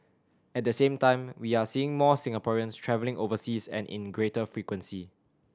at the same time we are seeing more Singaporeans travelling overseas and in greater frequency